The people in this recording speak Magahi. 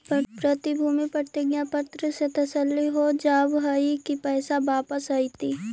प्रतिभूति प्रतिज्ञा पत्र से तसल्ली हो जावअ हई की पैसा वापस अइतइ